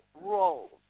roles